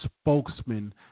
spokesman